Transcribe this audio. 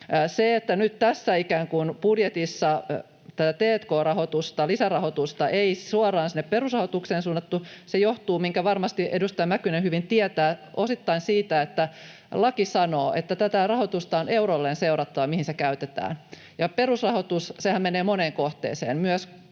Se, että nyt tässä budjetissa tätä t&k-lisärahoitusta ei ikään kuin suoraan sinne perusrahoitukseen suunnattu, johtuu — minkä varmasti edustaja Mäkynen hyvin tietää — osittain siitä, että laki sanoo, että on eurolleen seurattava, mihin tätä rahoitusta käytetään, ja perusrahoitushan menee moneen kohteeseen, myös